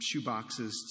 shoeboxes